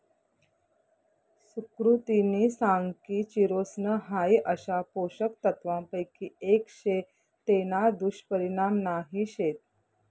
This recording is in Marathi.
सुकृतिनी सांग की चिरोसन हाई अशा पोषक तत्वांपैकी एक शे तेना दुष्परिणाम नाही शेत